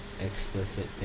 explicit